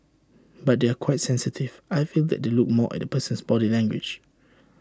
but they are quite sensitive I feel that they look more at the person's body language